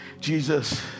Jesus